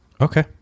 okay